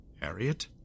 Harriet